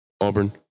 Auburn